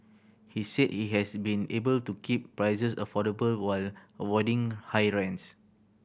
he said he has been able to keep prices affordable while avoiding high rents